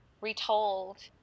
retold